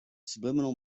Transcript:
subliminal